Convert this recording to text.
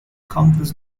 countless